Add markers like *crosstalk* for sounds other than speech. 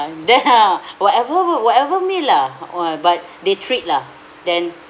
ya *breath* whatever whatever meal lah uh but *breath* they treat lah then